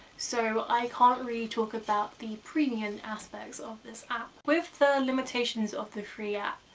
so i can't really talk about the premium aspects of this app. with the limitations of the free app,